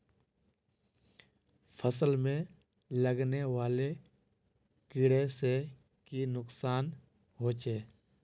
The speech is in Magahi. फसल में लगने वाले कीड़े से की नुकसान होचे?